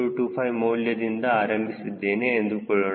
025 ಮೌಲ್ಯದಿಂದ ಆರಂಭಿಸಿದ್ದೇನೆ ಎಂದುಕೊಳ್ಳೋಣ